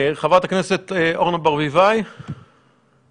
חברת הכנסת אורנה ברביבאי, בבקשה.